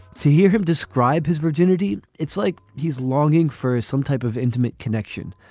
to hear him describe his virginity it's like he's longing for some type of intimate connection.